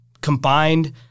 combined